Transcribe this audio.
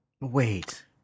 Wait